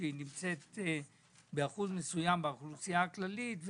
שנמצאת באחוז מסוים באוכלוסייה הכללית,